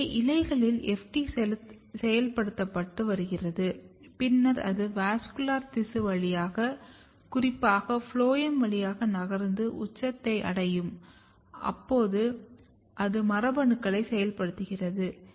எனவே இலைகளில் FT செயல்படுத்தப்பட்டு வருகிறது பின்னர் அது வாஸ்குலர் திசு வழியாக குறிப்பாக ஃபுளோயம் வழியாக நகர்ந்து உச்சத்தை அடையும் போது அது மரபணுக்களை செயல்படுத்துகிறது